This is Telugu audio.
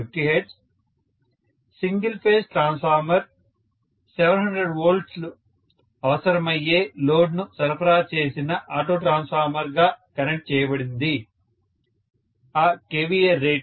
స్టూడెంట్ సింగిల్ ఫేజ్ ట్రాన్స్ఫార్మర్ 700 వోల్ట్లు అవసరమయ్యే లోడ్ ను సరఫరా చేసిన ఆటో ట్రాన్స్ఫార్మర్ గా కనెక్ట్ చేయబడింది ఆ kVA రేటింగ్